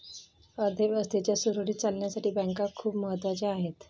अर्थ व्यवस्थेच्या सुरळीत चालण्यासाठी बँका खूप महत्वाच्या आहेत